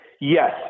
Yes